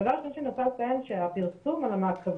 הדבר הראשון שאני רוצה לציין שהפרסום על המעקבים